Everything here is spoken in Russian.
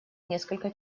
насколько